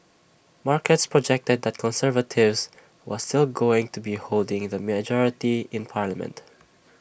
markets projected that conservatives was still going to be holding the majority in parliament